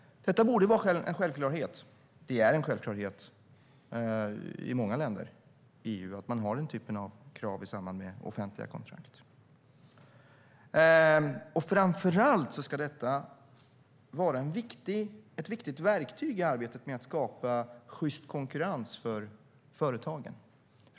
Det borde vara en självklarhet. Det är en självklarhet i många länder i EU att man har den typen av krav i samband med offentliga kontrakt. Framför allt ska det vara ett viktigt verktyg i arbetet med att skapa sjyst konkurrens för företagen.